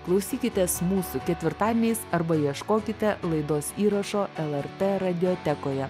klausykitės mūsų ketvirtadieniais arba ieškokite laidos įrašo lrt radiotekoje